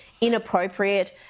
inappropriate